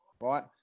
right